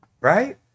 right